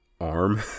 arm